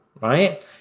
right